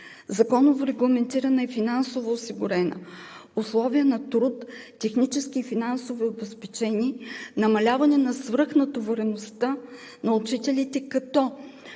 законово регламентирана и финансово осигурена; условия на труд, технически и финансово обезпечение; намаляване на свръх натовареността на учителите, като